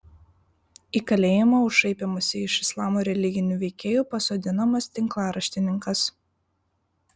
į kalėjimą už šaipymąsi iš islamo religinių veikėjų pasodinamas tinklaraštininkas